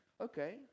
okay